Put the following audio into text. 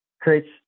creates